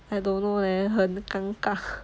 I don't know leh 很尴尬